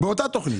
באותה תוכנית.